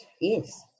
yes